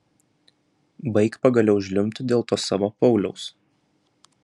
baik pagaliau žliumbti dėl to savo pauliaus